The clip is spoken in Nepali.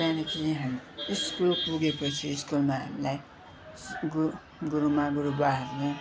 त्यहाँदेखि हामी स्कुल पुगेपछि स्कुलमा हामीलाई गु गुरुमा गुरुबाहरूले